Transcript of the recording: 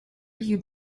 you